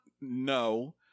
No